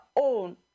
own